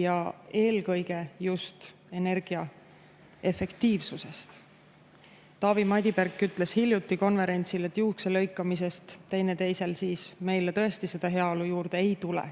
eelkõige just energiaefektiivsusest. Taavi Madiberk ütles hiljuti konverentsil, et teineteisel juuste lõikamisest meile tõesti heaolu juurde ei tule.